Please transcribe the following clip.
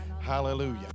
Hallelujah